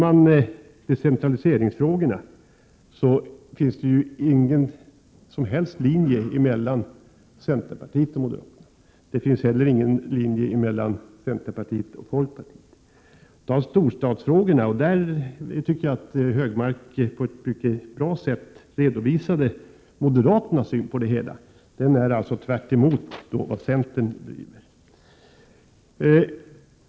I decentraliseringsfrågorna t.ex. finns ingen som helst samstämmighet mellan centerpartiet och moderaterna, inte heller mellan centerpartiet och folkpartiet. Eller ta storstadsfrågorna, där jag tycker att Anders Högmark på ett mycket bra sätt redovisade moderaternas syn — deras linje går tvärtemot den som centern driver.